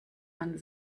man